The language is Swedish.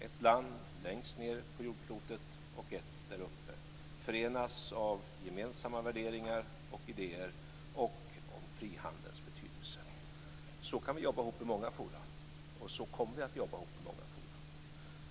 Ett land längst ned på jordklotet och ett däruppe förenas av gemensamma värderingar och idéer om frihandelns betydelse. Så kan vi jobba ihop i många forum, och så kommer vi att jobba ihop i många forum.